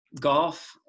golf